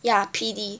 ya P_D